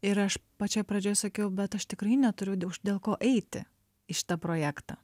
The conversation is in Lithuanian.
ir aš pačioj pradžioj sakiau bet aš tikrai neturiu dėl ko eiti į šitą projektą